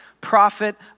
prophet